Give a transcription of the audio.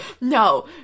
No